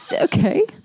Okay